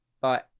bye